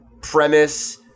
premise